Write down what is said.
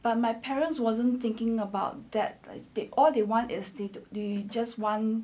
but my parents wasn't thinking about that like they all they want is they they just want